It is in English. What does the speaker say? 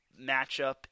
matchup